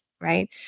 right